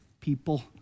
people